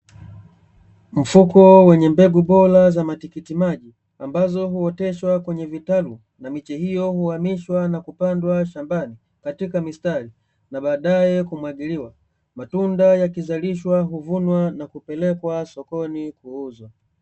Mfuko wenye mbegu bora za matikiti maji ambazo huoteshwa kwenye vitalu na miche hiyo huamishwa na kupandwa shambani katika mistari na baadae kumwagiliwa. Matunda yakizalishwa huvunwa na kupelekwa sokoni kuuzwa.